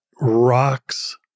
rocks